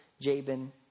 Jabin